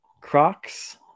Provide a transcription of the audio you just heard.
Crocs